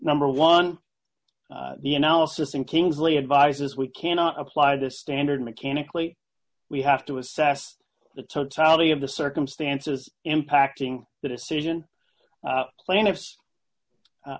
number one the analysis in kingsley advises we cannot apply this standard mechanically we have to assess the totality of the circumstances impacting the decision plaintiff's